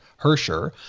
Hersher